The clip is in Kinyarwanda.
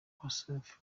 wasafi